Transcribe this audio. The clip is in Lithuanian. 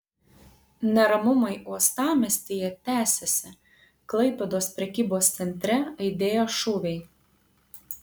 neramumai uostamiestyje tęsiasi klaipėdos prekybos centre aidėjo šūviai